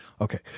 Okay